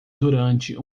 durante